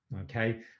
okay